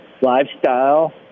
lifestyle